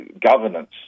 governance